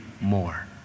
more